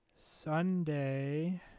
Sunday